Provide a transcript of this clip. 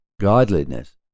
godliness